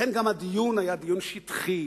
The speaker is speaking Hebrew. לכן גם הדיון היה דיון שטחי,